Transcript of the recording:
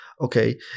okay